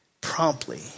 promptly